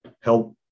help